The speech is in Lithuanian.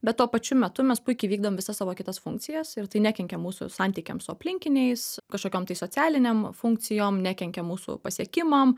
bet tuo pačiu metu mes puikiai vykdom visas savo kitas funkcijas ir tai nekenkia mūsų santykiams su aplinkiniais kažkokiom tai socialiniom funkcijom nekenkia mūsų pasiekimam